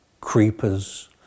creepers